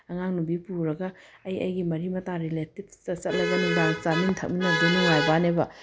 ꯑꯉꯥꯡ ꯅꯨꯕꯤ ꯄꯨꯔꯒ ꯑꯩ ꯑꯩꯒꯤ ꯃꯔꯤ ꯃꯇꯥ ꯔꯤꯂꯦꯇꯤꯕꯇ ꯆꯠꯂꯕꯅꯤꯅ ꯆꯥꯃꯤꯟ ꯊꯛꯃꯤꯟꯅꯕꯗꯨ ꯅꯨꯡꯉꯥꯏꯕ ꯋꯥꯅꯦꯕ